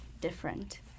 different